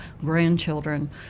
grandchildren